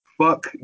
Fuck